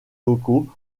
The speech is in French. locaux